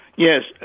Yes